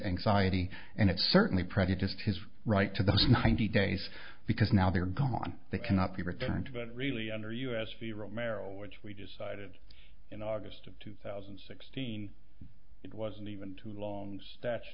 anxiety and it's certainly prejudiced his right to those ninety days because now they're gone they cannot be returned to but really under u s b romero which we decided in august of two thousand and sixteen it wasn't even two long